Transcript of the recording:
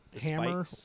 hammer